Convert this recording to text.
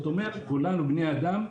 כולנו בני אדם,